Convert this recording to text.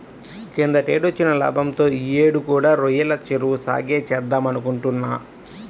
కిందటేడొచ్చిన లాభంతో యీ యేడు కూడా రొయ్యల చెరువు సాగే చేద్దామనుకుంటున్నా